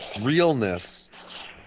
realness